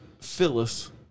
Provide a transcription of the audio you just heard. Phyllis